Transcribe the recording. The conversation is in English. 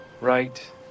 Right